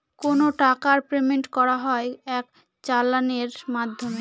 কোনো টাকার পেমেন্ট করা হয় এক চালানের মাধ্যমে